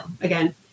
again